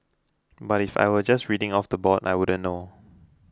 but if I were just reading it off the board I wouldn't know